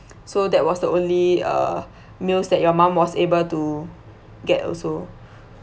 so that was the only uh meals that your mum was able to get also